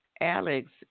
Alex